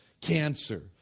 Cancer